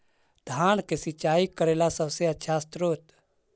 धान मे सिंचाई करे ला सबसे आछा स्त्रोत्र?